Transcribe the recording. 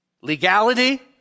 Legality